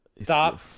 stop